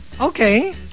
Okay